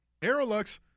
AeroLux